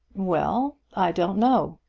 well i don't know.